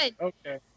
okay